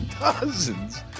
dozens